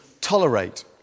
tolerate